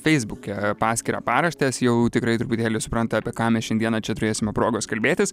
feisbuke paskyrą paraštės jau tikrai truputėlį supranta apie ką mes šiandieną čia turėsime progos kalbėtis